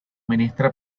ministra